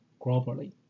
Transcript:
globally